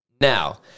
Now